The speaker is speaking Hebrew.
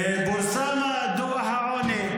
-- פורסם דוח העוני.